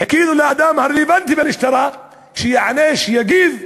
חיכינו לאדם הרלוונטי במשטרה שיענה, שיגיב,